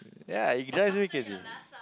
ya it drives me crazy